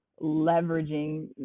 leveraging